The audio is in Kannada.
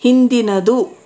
ಹಿಂದಿನದು